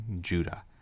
Judah